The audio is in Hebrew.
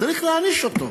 צריך להעניש אותו.